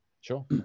Sure